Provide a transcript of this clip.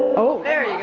oh there you go.